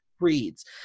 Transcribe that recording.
reads